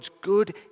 good